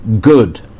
good